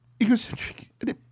egocentric